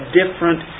different